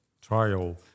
trial